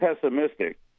pessimistic